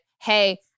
hey